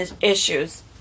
issues